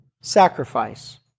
Sacrifice